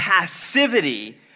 passivity